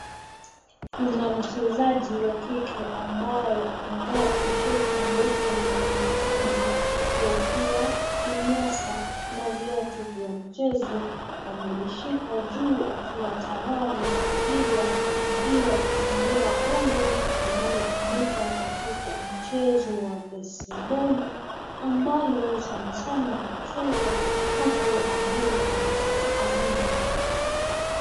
Kuna mchezaji wa kike ambaye amevaa tishati nyeupe na nyekundu, kofia, kinyasa na viatu vya mchezo. Amelishika juu akiwa tayari kupiga mpira kutumia gongo, linalotumika katika mchezo wa besiboli ambalo sana sana huchezwa huko Amerika kaskazini.